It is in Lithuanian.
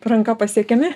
ranka pasiekiami